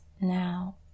now